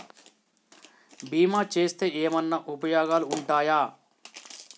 బీమా చేస్తే ఏమన్నా ఉపయోగాలు ఉంటయా?